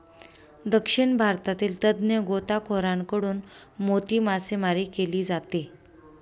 दक्षिण भारतातील तज्ञ गोताखोरांकडून मोती मासेमारी केली जाते